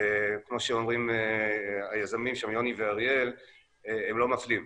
כמו שאומרים היזמים שם יוני ואריאל, הם לא מפלים.